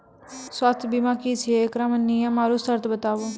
स्वास्थ्य बीमा की छियै? एकरऽ नियम आर सर्त बताऊ?